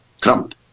Trump